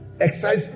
Exercise